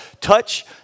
touch